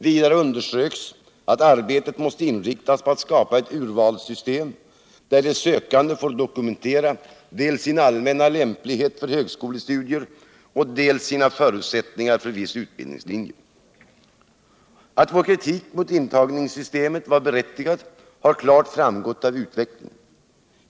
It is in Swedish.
Vidare har understrukits att arbetet måste inriktas på att Anslag till högskola skapa ett urvalssystem där de sökande får dokumentera dels sin allmänna lämplighet för högskolestudier, dels sina förutsättningar för viss utbildningslinje. Att vår kritik av intagningssystemet var berättigad har klart framgått av utvecklingen.